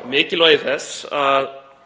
og mikilvægi þess að